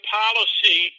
policy